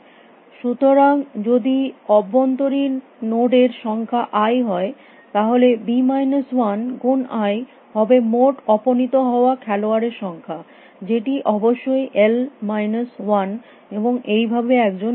সুতরাং যদি অভ্যন্তরীণ নোড এর সংখ্যা আই হয় তাহলে বি মাইনাস ওয়ান গুণ আই হবে মোট অপনীত হওয়া খেলোয়াড়ের সংখ্যা যেটি অবশ্যই এল মাইনাস ওয়ান এবং এই ভাবে একজন বিজেতা হয়